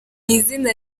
izina